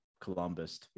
Columbus